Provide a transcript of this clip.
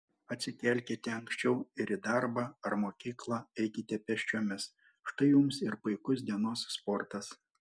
atsikelkite anksčiau ir į darbą ar mokyklą eikite pėsčiomis štai jums ir puikus dienos sportas